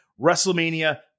WrestleMania